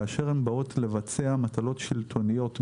כאשר הן באות לבצע מטלות שלטוניות בתחומן,